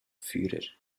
führer